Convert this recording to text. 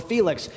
Felix